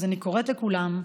אז אני קוראת לכולם,